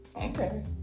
Okay